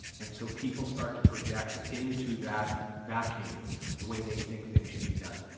and so people start to project into that vacuum the way they think things should be done.